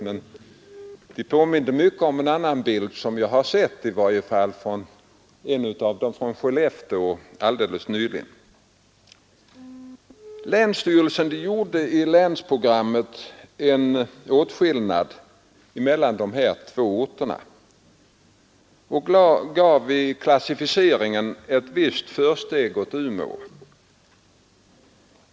De påminde i alla fall mycket om en bild från Skellefteå som jag har sett nyligen. Länsstyrelsen gjorde i länsprogrammet en åtskillnad mellan dessa båda orter och gav vid klassificeringen ett visst försteg åt Umeå.